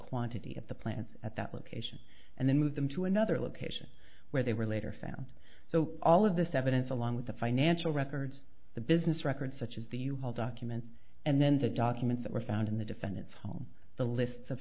quantity of the plants at that location and then move them to another location where they were later found so all of this evidence along with the financial records the business records such as the u haul documents and then the documents that were found in the defendant's home the lists of